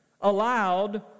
allowed